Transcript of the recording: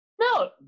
No